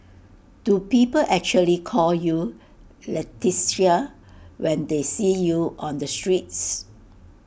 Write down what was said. do people actually call you Leticia when they see you on the streets